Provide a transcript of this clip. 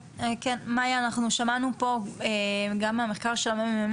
מאיה, שמענו פה גם מהמחקר של המ.מ.מ.